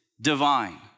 divine